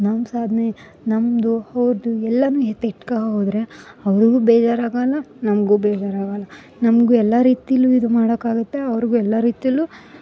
ನಮ್ಮ ಸಾಧ್ನೆ ನಮ್ಮದು ಹೌದು ಎಲ್ಲಾನು ಎತ್ತಿಟ್ಕ ಹೋದರೆ ಅವ್ರ್ಗು ಬೇಜಾರಾಗಲ್ಲ ನಮಗೂ ಬೇಜಾರಾಗಲ್ಲ ನಮಗೂ ಎಲ್ಲ ರೀತೀಲು ಇದು ಮಾಡಕ್ಕಾಗತ್ತೆ ಅವ್ರ್ಗು ಎಲ್ಲ ರೀತೆಲ್ಲು